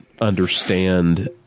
understand